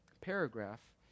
paragraph